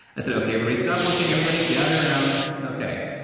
i said, okay, everybody stop working, everybody gather around, okay.